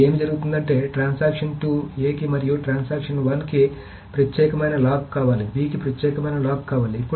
ఇప్పుడు ఏమి జరుగుతుందంటే ట్రాన్సాక్షన్ 2 a కి మరియు ట్రాన్సాక్షన్ 1 కి ప్రత్యేకమైన లాక్ కావాలి b కి ప్రత్యేకమైన లాక్ కావాలి